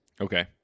okay